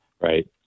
Right